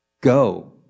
go